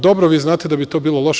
Dobro, vi znate da bi to bilo loše.